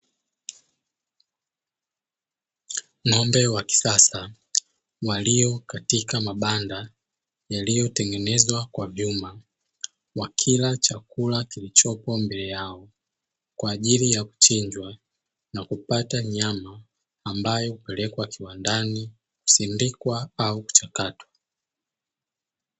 Ng'ombe wa kisasa waliokatika mabanda yaliyotengenezwa kwa vyuma wakila chakula kilicho mbele yao, kwa ajili ya kuchinjwa na kupata nyama, ambayo hupelekwa kiwandani kusindikwa au kuchakatwa.